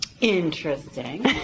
Interesting